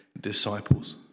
disciples